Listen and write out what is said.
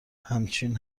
همچین